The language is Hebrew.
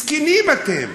מסכנים אתם,